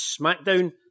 smackdown